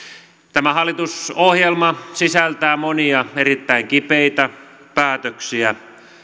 tämä hallitusohjelma sisältää monia erittäin kipeitä päätöksiä